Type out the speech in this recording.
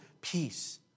peace